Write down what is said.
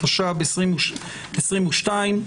התשפ"ב 2022,